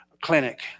clinic